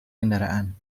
kendaraan